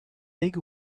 big